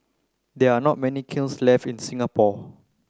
there are not many kilns left in Singapore